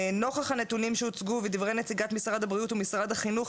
נוכח הנתונים שהוצגו ודברי נציגת הבריאות ומשרד החינוך,